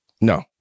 No